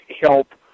help